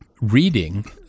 reading